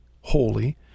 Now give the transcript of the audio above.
holy